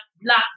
black